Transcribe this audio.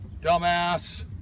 Dumbass